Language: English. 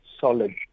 solid